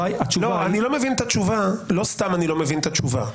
לא סתם אני לא מבין את התשובה.